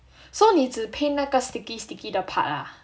so 你只 paint 那个 sticky sticky 的 part ah